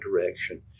direction